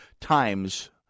times